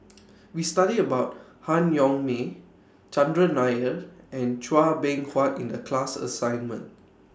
We studied about Han Yong May Chandran Nair and Chua Beng Huat in The class assignment